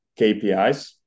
KPIs